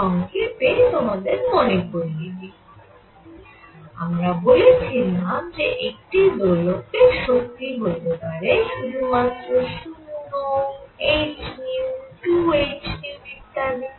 সংক্ষেপে তোমাদের মনে করিয়ে দিই আমরা বলেছিলাম যে একটি দোলকের শক্তি হতে পারে শুধুমাত্র 0 h 2 h ইত্যাদি